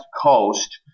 Coast